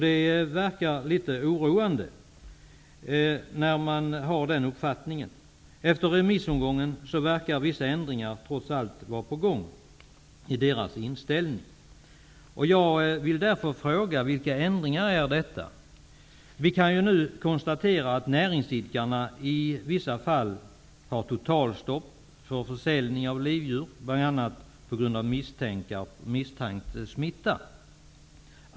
Det verkar litet oroande med en sådan uppfattning. Efter remissomgången verkar det trots allt som om vissa ändringar är på gång i Jordbruksverkets inställning. Jag vill därför fråga vilka ändringar som det är fråga om. Vi kan nu konstatera att näringsidkarna i vissa fall har fått totalstopp för försäljning av livdjur, bl.a. på grund av misstänkt smitta.